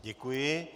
Děkuji.